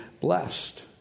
blessed